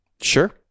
Sure